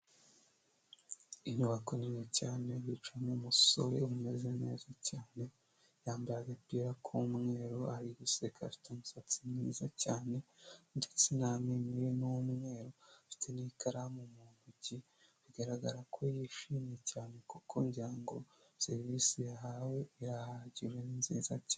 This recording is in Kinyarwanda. inyubako nini cyane yicayemo umusore umeze neza cyane yambaye agapira k'umweru ari guseka afite umusatsi mwiza cyane ndetse n'amenyoyo ye n'umweru afite n'ikaramu mu ntoki bigaragara ko yishimye cyane kuko ngira ngo serivisi yahawe irahagije ni nziza cyane.